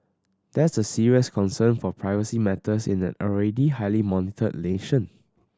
that's a serious concern for privacy matters in an already highly monitored nation